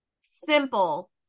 simple